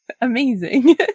amazing